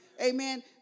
amen